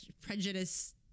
Prejudice